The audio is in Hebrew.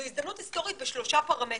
זו הזדמנות היסטורית בשלושה פרמטרים,